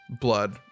blood